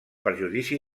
perjudici